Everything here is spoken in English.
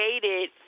created